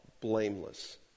blameless